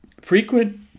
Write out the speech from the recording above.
Frequent